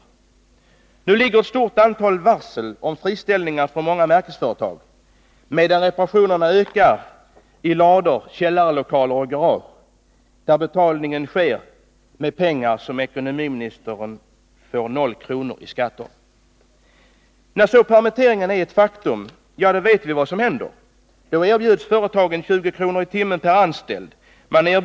Nu finns i många märkesföretag ett stort antal varsel om friställningar, medan reparationerna ökar i omfattning i lador, källarlokaler och garage, där betalningen sker med pengar som ger ekonomiministern noll kronor i skatt. När så permitteringen är ett faktum vet vi vad som händer. Då erbjuds företagen 20 kr. i timmen per anställd.